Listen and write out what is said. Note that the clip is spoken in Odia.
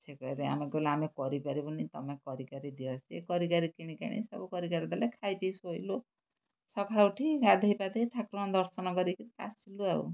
ସେ କହିଲେ ଆମେ କହିଲୁ ଆମେ କରିପାରିବୁନି ତମେ କରିକାରିକି ଦିଅ ସିଏ କରିକାରିକି କିଣିକିଣାକି ସବୁ କରିକାରିକି ଦେଲେ ଖାଇ ପିଇ ଶୋଇଲୁ ସକାଳୁ ଉଠି ଗାଧେଇ ପାଧେଇ ଠାକୁରଙ୍କ ଦର୍ଶନ କରିକି ଆସିଲୁ ଆଉ